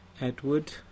Edward